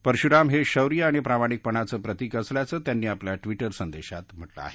परशुराम हे शौर्य आणि प्रामाणिकपणाचं प्रतिक असल्याचं त्यांनी आपल्या ट्विटर संदेशात म्हटलं आहे